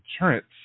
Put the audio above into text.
insurance